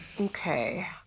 Okay